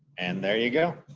and there you go.